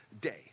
day